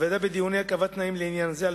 הוועדה בדיוניה קבעה תנאים לעניין זה על